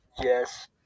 Yes